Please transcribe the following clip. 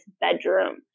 bedroom